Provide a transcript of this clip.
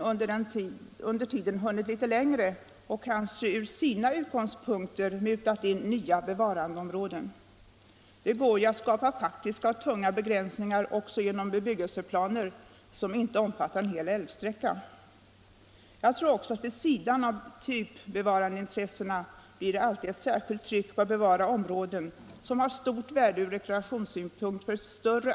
Jag måste, herr Ullsten, beteckna reservationen närmast som en språklig variant till utskottets skrivning. Herr Ullsten sade också: ”Om vi eventuellt får några nya normer.” Jag tror att jag kan lugna herr Ullsten på den punkten. Dessa normer är under utarbetande och kommer med bestämdhet.